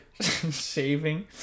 shaving